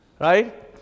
Right